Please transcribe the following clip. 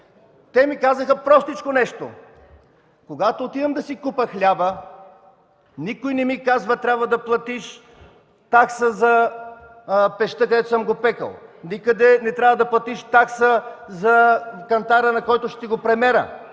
Те ми казаха простичко нещо – когато отивам да си купя хляба, никой не ми казва: „Трябва да платиш такса за пещта, където съм го пекъл. Никъде не трябва да платиш такса за кантара, на който ще го премеря,